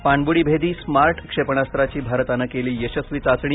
पाणबुडीभेदी smart क्षेपणास्त्राची भारतानं केली यशस्वी चाचणी